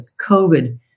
COVID